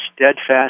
steadfast